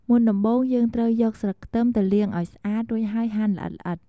មុនដំបូងយើងត្រូវយកស្លឹកខ្ទឹមទៅលាងឱ្យស្អាតរួចហើយហាន់ល្អិតៗ។